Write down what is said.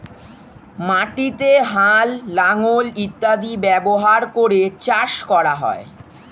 মাটিতে হাল, লাঙল ইত্যাদি ব্যবহার করে চাষ করা হয়